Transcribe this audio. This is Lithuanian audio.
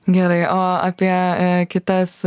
gerai o apie kitas